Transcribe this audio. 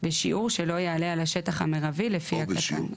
שבשיעור שלא יעלה על השטח המירבי לפי הקטן.